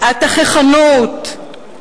התככנות,